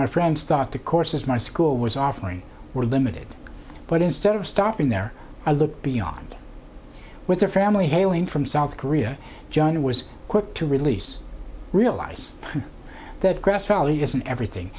my friends thought the courses my school was offering were limited but instead of stopping there i looked beyond with the family hailing from south korea john was quick to release realize that grass valley isn't everything